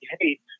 hate